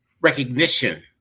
recognition